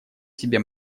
себе